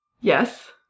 yes